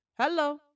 Hello